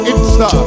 Insta